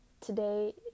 today